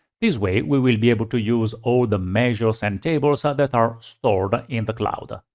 this way, we will be able to use all the measures and tables ah that are stored ah in the cloud. ah